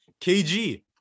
KG